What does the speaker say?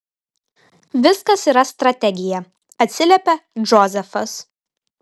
viskas yra strategija atsiliepia džozefas